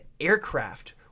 aircraft